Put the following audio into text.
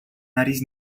aris